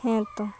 ᱦᱮᱸᱛᱚ